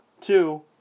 Two